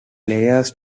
players